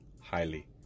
highly